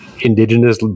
indigenous